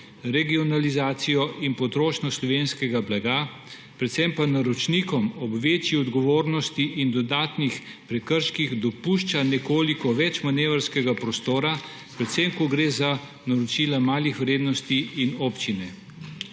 regionalizacijo in potrošnjo slovenskega blaga, predvsem pa naročnikom ob večji odgovornosti in dodatnih prekrških dopušča nekoliko več manevrskega prostora, predvsem ko gre za naročila malih vrednosti in občine.